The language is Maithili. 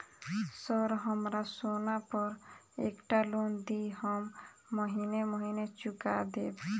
सर हमरा सोना पर एकटा लोन दिऽ हम महीने महीने चुका देब?